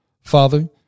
Father